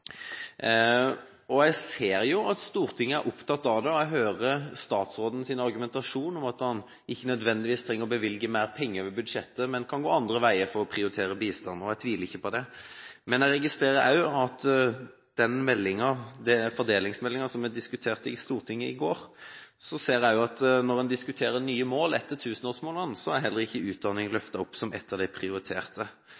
skolegang. Jeg ser at Stortinget er opptatt av det, og jeg hører statsrådens argumentasjon om at han ikke nødvendigvis trenger å bevilge mer penger over budsjettet, men kan gå andre veier for å prioritere bistand. Jeg tviler ikke på det. Men jeg registrerer også i forbindelse med fordelingsmeldingen som vi diskuterte i Stortinget i går, at når en diskuterer nye mål etter tusenårsmålene, er heller ikke utdanning